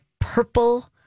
purple